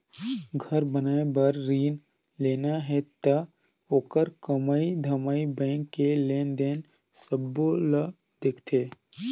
घर बनाए बर रिन लेना हे त ओखर कमई धमई बैंक के लेन देन सबो ल देखथें